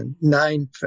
nine